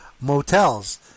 motels